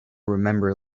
remember